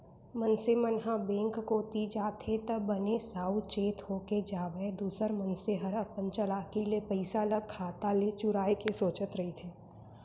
मनसे मन ह बेंक कोती जाथे त बने साउ चेत होके जावय दूसर मनसे हर अपन चलाकी ले पइसा ल खाता ले चुराय के सोचत रहिथे